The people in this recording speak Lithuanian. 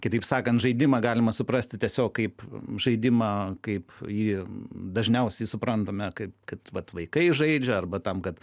kitaip sakant žaidimą galima suprasti tiesiog kaip žaidimą kaip jį dažniausiai suprantame kaip kad vaikai žaidžia arba tam kad